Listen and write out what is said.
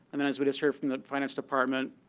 and then as we just heard from the finance department,